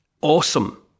awesome